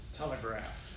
telegraph